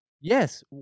yes